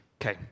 Okay